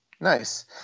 Nice